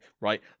right